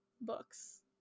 books